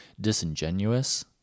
disingenuous